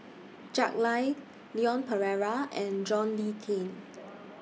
Jack Lai Leon Perera and John Le Cain